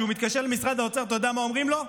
כשהוא מתקשר למשרד האוצר, אתה יודע מה אומרים לו?